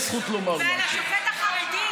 איזה ממשלה העבירה את זה?